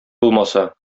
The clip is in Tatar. булмаса